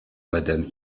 madame